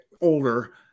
older